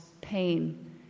pain